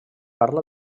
parla